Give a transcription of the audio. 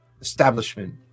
establishment